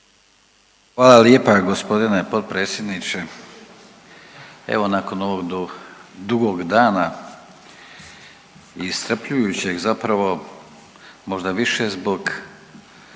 Hvala lijepa g. potpredsjedniče. Evo ovog dugog dana i iscrpljujućeg, zapravo možda više zbog